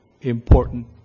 important